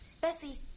Bessie